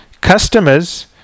customers